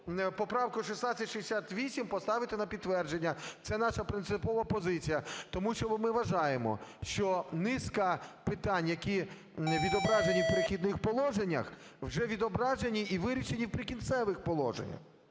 поправку 1668 поставити на підтвердження. Це наша принципова позиція. Тому що ми вважаємо, що низка питань, які відображені в "Перехідних положеннях", вже відображені і вирішені в "Прикінцевих положеннях".